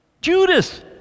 Judas